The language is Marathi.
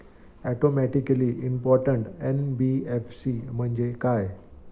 सिस्टमॅटिकली इंपॉर्टंट एन.बी.एफ.सी म्हणजे काय?